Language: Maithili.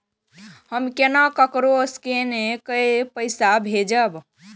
हम केना ककरो स्केने कैके पैसा भेजब?